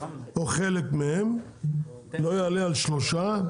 או חלק מהם לא יעלה על שלושה.